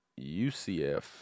UCF